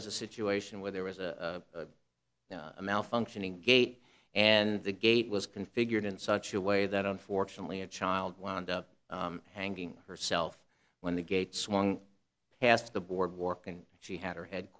was a situation where there was a malfunctioning gate and the gate was configured in such a way that unfortunately a child wound up hanging herself when the gate swung past the boardwalk and she had her head